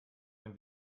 dem